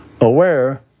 aware